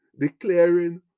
declaring